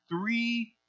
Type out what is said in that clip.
three